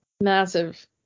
massive